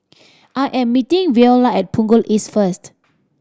I am meeting Viola at Punggol East first